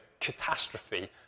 catastrophe